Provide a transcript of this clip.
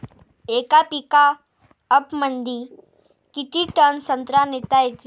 येका पिकअपमंदी किती टन संत्रा नेता येते?